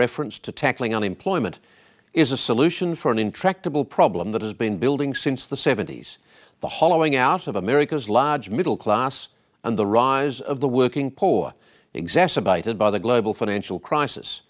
reference to tackling unemployment is a solution for an intractable problem that has been building since the seventy's the hollowing out of america's large middle class and the rise of the working poor exacerbated by the global financial crisis